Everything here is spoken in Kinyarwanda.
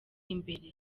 imbere